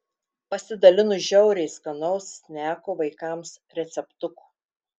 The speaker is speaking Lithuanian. pasidalinu žiauriai skanaus sneko vaikams receptuku